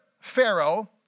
Pharaoh